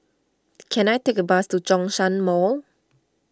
can I take a bus to Zhongshan Mall